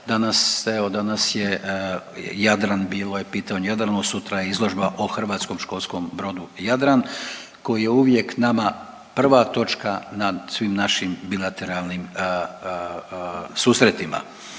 Danas je Jadran, bilo je pitanje o Jadranu, sutra je izložba o hrvatskom školskom brodu Jadran koji je uvijek nama prva točka na svim našim bilateralnim susretima.